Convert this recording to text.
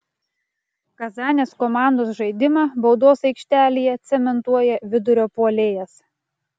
kazanės komandos žaidimą baudos aikštelėje cementuoja vidurio puolėjas